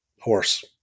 horse